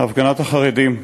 הפגנת החרדים,